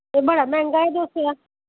एह् बड़ा मैंह्गा ऐ दौ दा